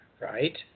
right